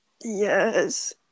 Yes